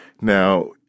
Now